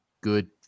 good